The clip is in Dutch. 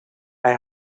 hij